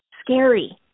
scary